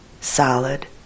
solid